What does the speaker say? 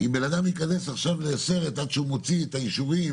אם בן אדם ייכנס עכשיו לסרט עד שהוא מוציא את האישורים,